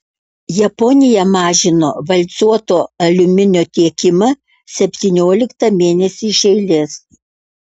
japonija mažino valcuoto aliuminio tiekimą septynioliktą mėnesį iš eilės